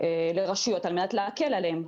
לרשויות על מנת להקל עליהן,